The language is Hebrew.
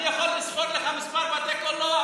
אני יכול לספור לך: מספר בתי קולנוע,